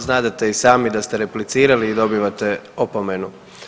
Znadete i sami da ste replicirali i dobivate opomenu.